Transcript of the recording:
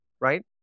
right